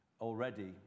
already